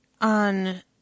on